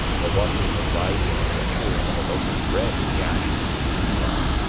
or watching the rising and maturing of a loaf of bread in the ashes, in the meanwhile.